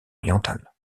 orientales